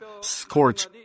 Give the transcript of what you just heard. scorch